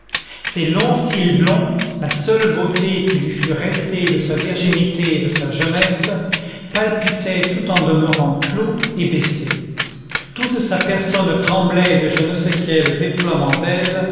longs cils blonds la seule beauté qui lui fût restée de sa virginité et de sa jeunesse palpitaient tout en demeurant clos et baissés toute sa personne tremblait de je ne sais quel déploiement d'ailes